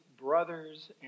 brothers